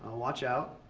watch out.